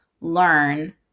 Learn